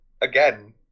again